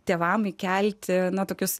tėvams kelti nuotykius